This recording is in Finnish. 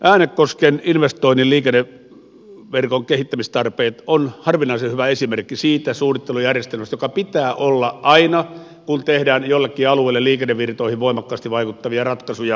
äänekosken investoinnin liikenneverkon kehittämistarpeet ovat harvinaisen hyvä esimerkki siitä suunnittelujärjestelystä joka pitää olla aina kun tehdään jollekin alueelle liikennevirtoihin voimakkaasti vaikuttavia ratkaisuja